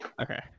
Okay